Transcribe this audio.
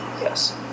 yes